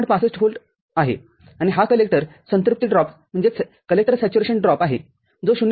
६५ volt आहे आणि हा कलेक्टर संतृप्ति ड्रॉप आहे जो 0